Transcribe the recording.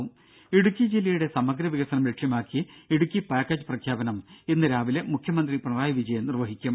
രും ഇടുക്കി ജില്ലയുടെ സമഗ്ര വികസനം ലക്ഷ്യമാക്കി ഇടുക്കി പാക്കേജ് പ്രഖ്യാപനം ഇന്ന് രാവിലെ മുഖ്യമന്ത്രി പിണറായി വിജയൻ നിർവഹിക്കും